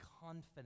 confidence